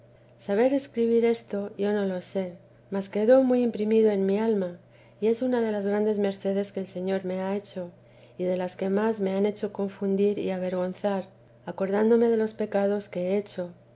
saber escribir esto yo no lo sé mas quedó muy imprimido en mi alma y es una de las grandes mercedes que el señor me ha hecho y de las que más me han hecho confundir y avergonzar acordándome de los pecados que he hecho